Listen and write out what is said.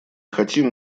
хотим